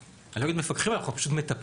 אני לא אגיד מפקחים עליו, אנחנו פשוט מטפלים.